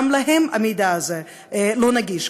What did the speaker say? גם להם המידע הזה לא נגיש,